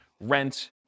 rent